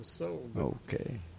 Okay